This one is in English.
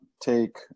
take